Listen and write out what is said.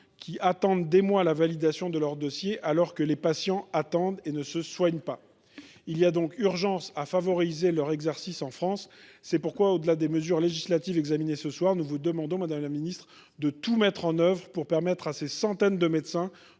durant des mois la validation de leur dossier, alors que les patients ne se soignent pas. Il y a donc urgence à favoriser leur exercice en France. C’est pourquoi, au delà des mesures législatives qui seront examinées ce soir, nous vous demandons, madame la ministre, de tout mettre en œuvre pour permettre à ces centaines de médecins